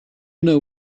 know